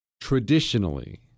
traditionally